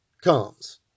comes